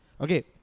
Okay